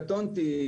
קטונתי.